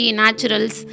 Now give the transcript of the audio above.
naturals